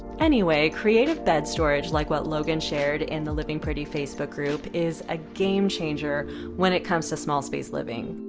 anyway, creative bed storage like what logan shared in the living pretty facebook group is a game changer when it comes to small space living.